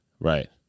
Right